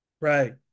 Right